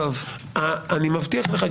אני מבטיח לך,